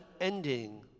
ending